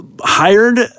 hired